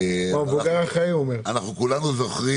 כולנו זוכרים